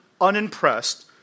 unimpressed